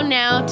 now